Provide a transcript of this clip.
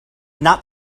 not